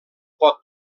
pot